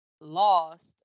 Lost